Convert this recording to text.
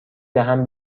دهم